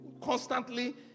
constantly